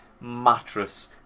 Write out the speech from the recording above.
mattress